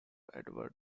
edward